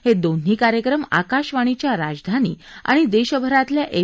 हे दोन्ही कार्यक्रम आकाशवाणीच्या राजधानी आणि देशभरातल्या एफ